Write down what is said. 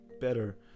better